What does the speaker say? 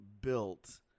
built